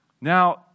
Now